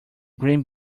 green